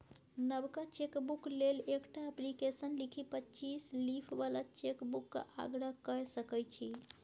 नबका चेकबुक लेल एकटा अप्लीकेशन लिखि पच्चीस लीफ बला चेकबुकक आग्रह कए सकै छी